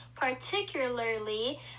Particularly